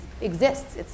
exists